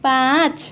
पाँच